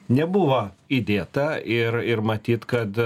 nebuvo įdėta ir ir matyt kad